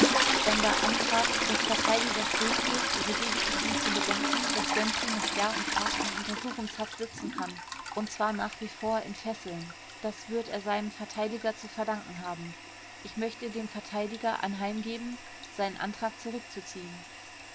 wenn der antrag des verteidigers durchgeht so gebe ich ihm zu bedenken daß gönczi noch jahr und tag in untersuchungshaft sitzen kann und zwar nach wie vor in fesseln das wird er seinem verteidiger zu verdanken haben ich möchte dem verteidiger anheimgeben seinen antrag zurückzuziehen